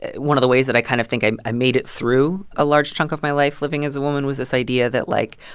one of the ways that i kind of think i made it through a large chunk of my life living as a woman was this idea that, like,